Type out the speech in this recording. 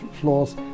flaws